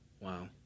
Wow